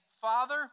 Father